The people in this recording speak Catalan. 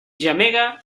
gemega